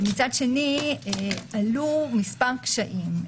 מצד שני עלו מספר קשיים.